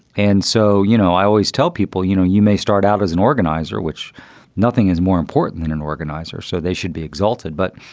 and so, you know, i always tell people, you know, you may start out as an organizer, which nothing is more important than an organizer. so they should be exalted. but,